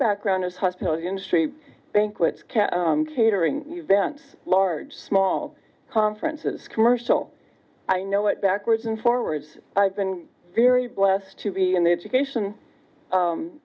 background is hostility and she banquets can catering events large small conferences commercial i know it backwards and forwards i've been very blessed to be in the education